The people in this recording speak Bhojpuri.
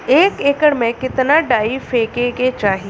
एक एकड़ में कितना डाई फेके के चाही?